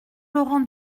laurent